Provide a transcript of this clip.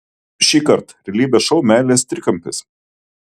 šįkart realybės šou meilės trikampis